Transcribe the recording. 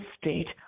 state